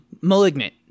Malignant